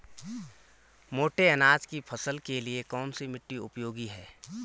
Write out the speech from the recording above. मोटे अनाज की फसल के लिए कौन सी मिट्टी उपयोगी है?